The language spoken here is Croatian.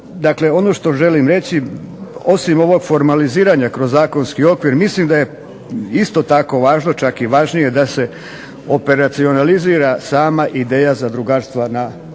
Dakle ono što želim reći, osim ovog formaliziranja kroz zakonski okvir, mislim da je isto tako važno, čak i važnije da se operacionalizira sama ideja zadrugarstva na